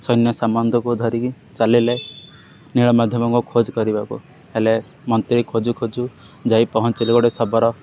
ସୈନ୍ୟସମ୍ବନ୍ଧକୁ ଧରିକି ଚାଲିଲେ ନୀଳମାଧବଙ୍କ ଖୋଜ କରିବାକୁ ହେଲେ ମନ୍ତ୍ରୀ ଖୋଜୁ ଖୋଜୁ ଯାଇ ପହଞ୍ଚିଲେ ଗୋଟିଏ ଶବର